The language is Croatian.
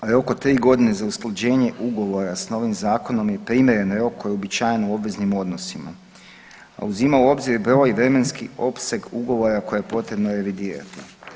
Rok od 3 godine za usklađenje ugovora s novim zakonom je primjeren rok koji je uobičajen u obveznim odnosima, a uzima u obzir broj i vremenski opseg ugovora koje je potrebno revidirati.